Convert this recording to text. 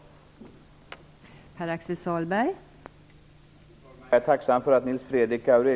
Det är detta några av oss har argumenterat för här.